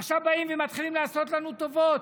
עכשיו באים ומתחילים לעשות לנו טובות: